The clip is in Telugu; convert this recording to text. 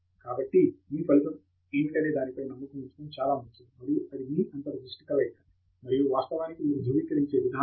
కాబట్టి మీ ఫలితం ఏమిటనే దానిపై నమ్మకం ఉంచటం చాలా ముఖ్యం మరియు అది మీ అంతర్ దృష్టి కలయిక మరియు వాస్తవానికి మీరు ధృవీకరించే విధానం